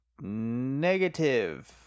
Negative